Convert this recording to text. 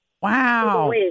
Wow